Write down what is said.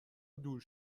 دور